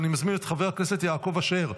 אני מזמין את חבר הכנסת יעקב אשר,